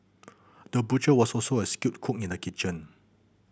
the butcher was also a skilled cook in the kitchen